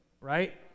right